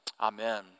Amen